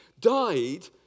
died